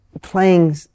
playing